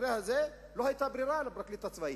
במקרה הזה לא היתה ברירה לפרקליט הצבאי.